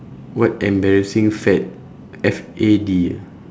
what embarrassing fad F A D ah